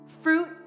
Fruit